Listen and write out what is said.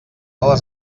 les